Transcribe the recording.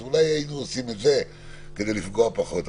אז אולי היינו עושים את זה כדי לפגוע פחות.